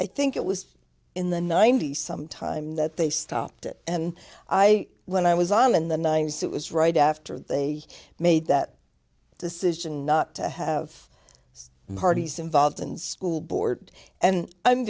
i think it was in the ninety's sometime that they stopped it and i when i was on in the ninety's it was right after they made that decision not to have it's parties involved in school board and i'm